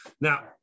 Now